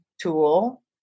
tool